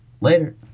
later